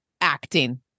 acting